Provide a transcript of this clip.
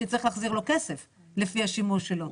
תצטרך להחזיר לו כסף לפי השימוש שלו.